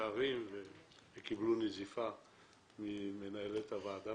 מצטערים וקיבלו נזיפה ממנהלת הוועדה,